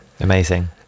Amazing